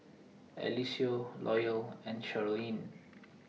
Eliseo Loyal and Charleen